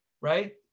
right